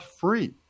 free